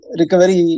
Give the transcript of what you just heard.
recovery